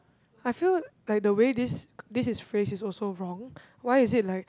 I feel like the way this this is phrase is also wrong why is it like